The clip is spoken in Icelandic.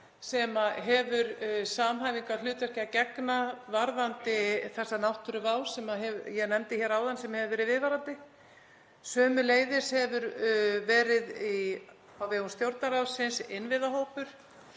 sem hefur samhæfingarhlutverki að gegna varðandi þessa náttúruvá sem ég nefndi hér áðan sem hefur verið viðvarandi. Sömuleiðis hefur verið á vegum Stjórnarráðsins innviðahópur.